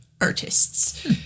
artists